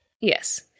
Yes